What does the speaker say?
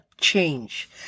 change